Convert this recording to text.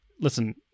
listen